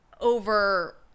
over